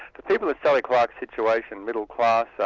the people of sally clark's situation, middle class,